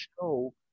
show